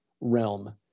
realm